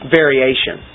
variation